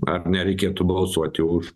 ar nereikėtų balsuoti už